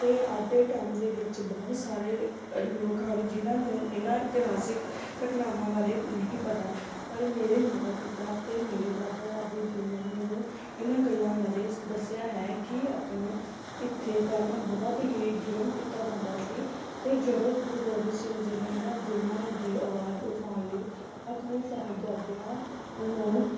ਅਤੇ ਅੱਜ ਦੇ ਟਾਈਮ ਦੇ ਵਿੱਚ ਬਹੁਤ ਸਾਰੇ ਅ ਲੋਕ ਹਨ ਜਿਨ੍ਹਾਂ ਨੂੰ ਇਹਨਾਂ ਇਤਿਹਾਸਿਕ ਘਟਨਾਵਾਂ ਬਾਰੇ ਨਹੀਂ ਪਤਾ ਪਰ ਮੇਰੇ ਮਾਤਾ ਪਿਤਾ ਅਤੇ ਮੇਰੇ ਦਾਦਾ ਦਾਦੀ ਜੀ ਨੇ ਮੈਨੂੰ ਇਹਨਾਂ ਗੱਲਾਂ ਬਾਰੇ ਦੱਸਿਆ ਹੈ ਕਿ ਆਪਣੇ ਇੱਥੇ ਪਹਿਲਾਂ ਬਹੁਤ ਹੀ ਜ਼ੁਲਮ ਕੀਤਾ ਜਾਂਦਾ ਸੀ ਅਤੇ ਜਦੋਂ ਗੁਰੂ ਗੋਬਿੰਦ ਸਿੰਘ ਜੀ ਨੇ ਇਹਨਾਂ ਜ਼ੁਲਮਾਂ ਦੀ ਆਵਾਜ਼ ਉਠਾਉਣ ਲਈ ਆਪਣੇ ਸਾਹਿਬਜ਼ਾਦਿਆਂ ਨੂੰ